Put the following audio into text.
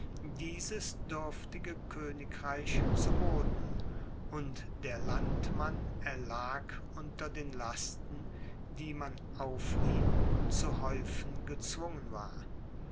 dieses dürftige königreich zu boden und der landmann erlag unter den lasten die man auf ihn zu häufen gezwungen war